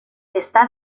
está